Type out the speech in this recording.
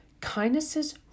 kindnesses